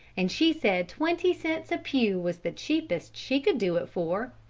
and she said twenty cents a pew was the cheapest she could do it for.